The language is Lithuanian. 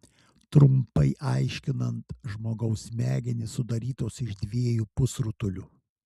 trumpai aiškinant žmogaus smegenys sudarytos iš dviejų pusrutulių